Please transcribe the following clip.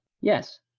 Yes